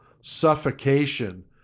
suffocation